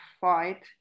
fight